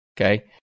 Okay